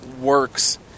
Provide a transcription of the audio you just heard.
works